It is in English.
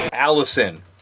Allison